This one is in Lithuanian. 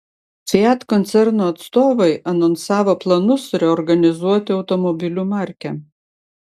fiat koncerno atstovai anonsavo planus reorganizuoti automobilių markę